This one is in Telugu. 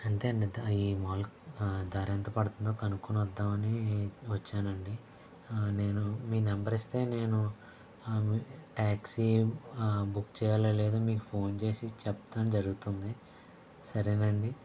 అంతే అండి ఈ మాల్ ధరెంత పడుతుందో కనుకొని వద్దామని వచ్చానండి నేను మీ నెంబర్ ఇస్తే నేను ట్యాక్సీ బుక్ చేయలో లేదో మీకు ఫోన్ చేసి చెప్పడం జరుగుతుంది సరేనండి